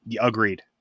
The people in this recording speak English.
Agreed